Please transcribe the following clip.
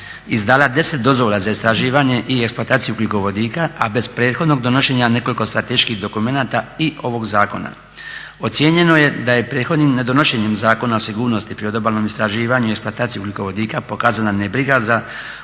izdala 10 dozvola za istraživanje i eksploataciju ugljikovodika, a bez prethodnog donošenja nekoliko strateških dokumenata i ovog zakona. Ocijenjeno je da je prethodnim nedonošenjem Zakona o sigurnosti pri odobalnom istraživanju i eksploataciji ugljikovodika pokazana nebriga za